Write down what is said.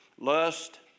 Lust